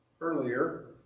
earlier